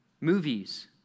movies